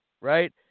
right